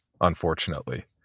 unfortunately